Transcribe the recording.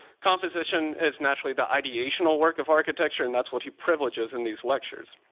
composition is naturally the ideational work of architecture. and that's what he privileges in these lectures.